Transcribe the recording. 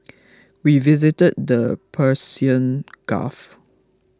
we visited the Persian Gulf